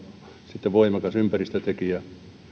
sitten voimakas ympäristötekijä